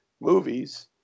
movies